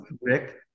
Rick